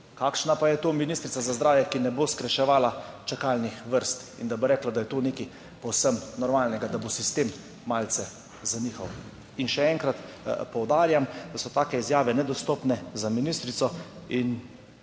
Kakšna pa je to ministrica za zdravje, ki ne bo skrajševala čakalnih vrst in bo rekla, da je to nekaj povsem normalnega, da bo sistem malce zanihal. In še enkrat poudarjam, da so take izjave nedostojne za ministrico.